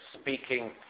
speaking